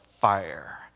fire